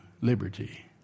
liberty